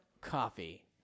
coffee